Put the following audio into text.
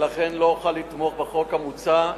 ולכן לא אוכל לתמוך בחוק המוצע,